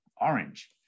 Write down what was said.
orange